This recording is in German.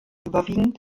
überwiegend